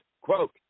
Quote